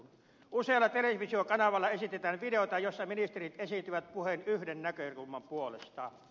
usealla televisiokanavalla esitetään videota jossa ministerit esittävät puheen yhden näkökulman puolesta